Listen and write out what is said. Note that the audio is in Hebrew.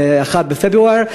מ-1 בפברואר,